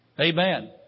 Amen